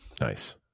Nice